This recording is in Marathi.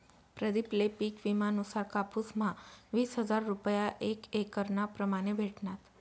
प्रदीप ले पिक विमा नुसार कापुस म्हा वीस हजार रूपया एक एकरना प्रमाणे भेटनात